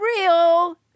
real